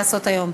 לעשות היום.